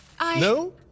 No